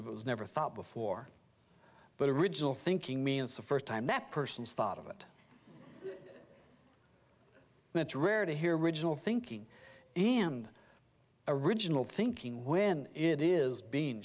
of it was never thought before but original thinking means the first time that person's thought of it and it's rare to hear original thinking and original thinking when it is being